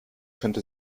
könnte